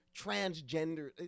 transgender –